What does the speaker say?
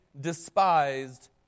despised